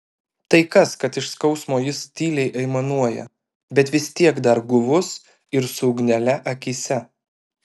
tai kas kad iš skausmo jis tyliai aimanuoja bet vis tiek dar guvus ir su ugnele akyse